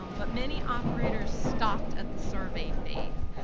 um but many operators stopped at the survey phase.